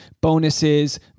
bonuses